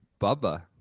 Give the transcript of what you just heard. Bubba